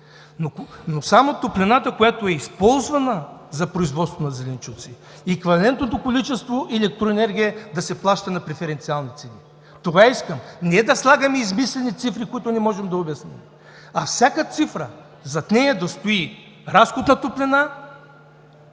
но само използваната топлина за производство на зеленчуци и еквивалентното количество електроенергия да се плаща на преференциални цени. Това искам, а не да слагаме измислени цифри, които не можем да обясним. Зад всяка цифра трябва да стои разходът на топлина